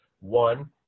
One